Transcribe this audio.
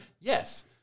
Yes